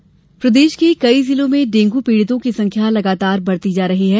dengue मौत प्रदेश के कई जिलों में डेंगू पीड़ितों की संख्या बढ़ती जा रही है